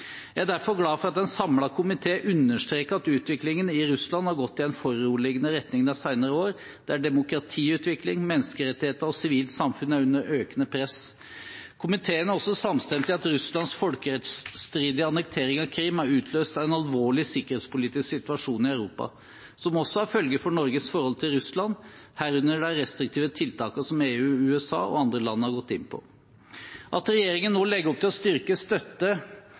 Jeg er derfor glad for at en samlet komité understreker at utviklingen i Russland har gått i en foruroligende retning de senere årene, der demokratiutvikling, menneskerettigheter og sivilt samfunn er under økende press. Komiteen er også samstemt i at Russlands folkerettsstridige annektering av Krim har utløst en alvorlig sikkerhetspolitisk situasjon i Europa, som også har følger for Norges forhold til Russland, herunder de restriktive tiltakene som EU, USA og andre land har gått inn på. At regjeringen nå legger opp til å styrke støtte